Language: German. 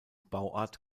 bauart